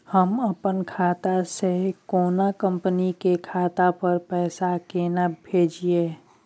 हम अपन खाता से कोनो कंपनी के खाता पर पैसा केना भेजिए?